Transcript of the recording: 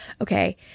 okay